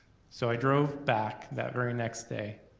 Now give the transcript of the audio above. so i drove back that very next day,